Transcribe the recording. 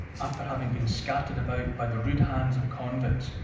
after having been scattered about by the rude hands of convicts,